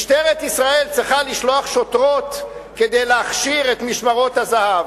משטרת ישראל צריכה לשלוח שוטרות כדי להכשיר את משמרות הזה"ב.